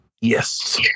Yes